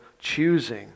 choosing